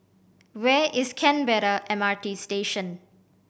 where is Canberra M R T Station